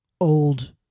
old